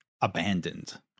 abandoned